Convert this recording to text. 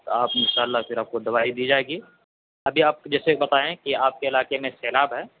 تو آپ ان شاء اللہ پھر آپ کو دوائی دی جائے گی ابھی آپ جیسے بتائیں کہ آپ کے علاقے میں سیلاب ہے